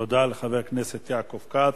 תודה לחבר הכנסת יעקב כץ.